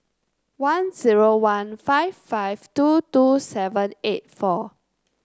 one zero one five five two two seven eight four